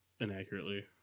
Inaccurately